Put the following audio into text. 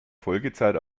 folgezeit